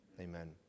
Amen